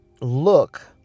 look